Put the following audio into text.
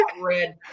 red